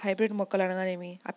Hybrid మొక్కలు అనగానేమి?